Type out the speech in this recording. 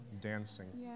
dancing